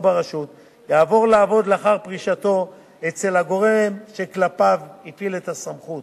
ברשות יעבור לעבוד לאחר פרישתו אצל הגורם שכלפיו הפעיל את הסמכות,